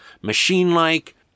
machine-like